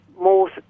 more